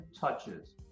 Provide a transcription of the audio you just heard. touches